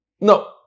no